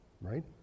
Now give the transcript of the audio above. right